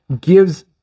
gives